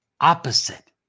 opposite